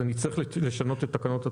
אז נצטרך לשנות את תקנות התעבורה?